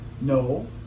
no